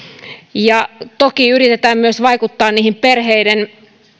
ja toki yritetään myös vaikuttaa perheiden